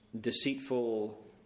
deceitful